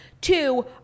Two